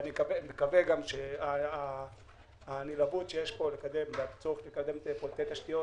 אני מקווה שההתלהבות לקדם פרוייקטי תשתיות